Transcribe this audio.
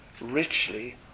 richly